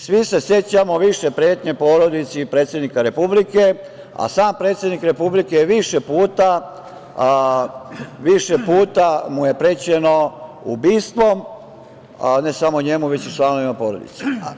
Svi se sećamo pretnje porodici i predsednika Republike, a samom predsedniku Republike više puta je prećeno ubistvom, ne samo njemu, već i članovima porodice.